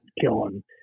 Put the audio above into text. killing